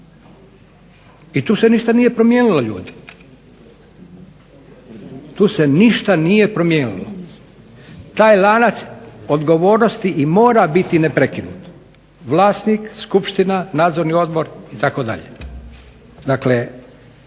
I tu se ništa nije promijenilo ljudi, tu se ništa nije promijenilo. Taj lanac odgovornosti i mora biti neprekinuta. Vlasnik, skupština, nadzorni odbor itd. Dakle,